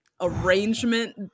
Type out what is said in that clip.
arrangement